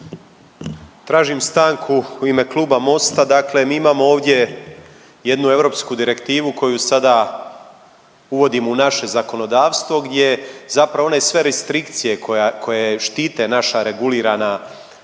Tražim stanku u ime Kluba Mosta. Dakle mi imamo ovdje jednu europsku direktivu koju sada uvodimo u naše zakonodavstvo gdje zapravo one sve restrikcije koje štite naša regulirane profesije,